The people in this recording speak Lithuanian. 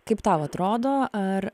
kaip tau atrodo ar